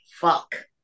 fuck